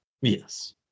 Yes